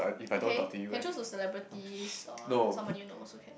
okay can choose celebrities or someone you know also can